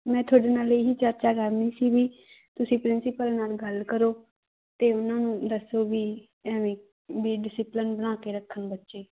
ਮੈਂ ਤੁਹਾਡੇ ਨਾਲ ਇਹੀ ਚਰਚਾ ਕਰਨੀ ਸੀ ਵੀ ਤੁਸੀਂ ਪ੍ਰਿੰਸੀਪਲ ਨਾਲ ਗੱਲ ਕਰੋ ਅਤੇ ਉਹਨਾਂ ਨੂੰ ਦੱਸੋ ਵੀ ਐਵੇਂ ਵੀ ਡਿਸਿਪਲਨ ਬਣਾ ਕੇ ਰੱਖਣ ਬੱਚੇ